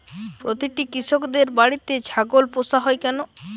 প্রতিটি কৃষকদের বাড়িতে ছাগল পোষা হয় কেন?